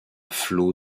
flots